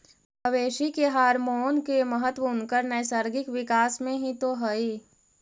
मवेशी के हॉरमोन के महत्त्व उनकर नैसर्गिक विकास में हीं तो हई